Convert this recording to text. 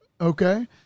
Okay